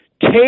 Take